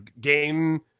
game